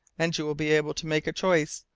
and you will be able to make a choice,